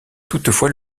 toutefois